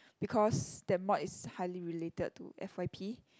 because that mod is highly related to F_y_P